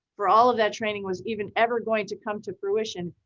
for all of that training was even ever going to come to fruition.